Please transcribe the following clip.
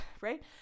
right